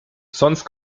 sonst